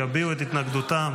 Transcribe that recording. יביעו את התנגדותם.